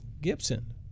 Gibson